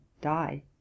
die